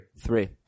Three